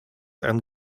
and